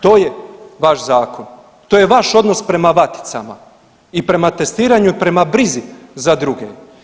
To je vaš zakon, to je vaš odnos prema vaticama i prema testiranju i prema brizi za druge.